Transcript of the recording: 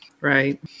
Right